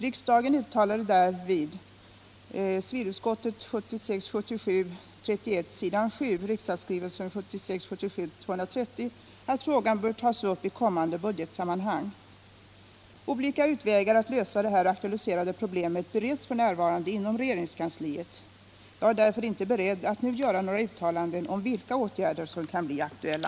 Riksdagen uttalade därvid att frågan bör tas upp i kommande budgetsammanhang. Olika utvägar att lösa det här aktualiserade problemet bereds för närvarande inom regeringskansliet. Jag är därför inte beredd att nu göra några uttalanden om vilka åtgärder som kan bli aktuella.